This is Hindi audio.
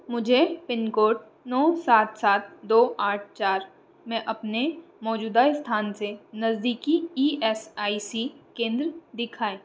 मुझे पिन कोड नौ सात सात दो आठ चार में अपने मौजूदा स्थान से नज़दीकी ई एस आई सी केंद्र दिखाएँ